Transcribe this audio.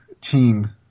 team